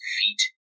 feet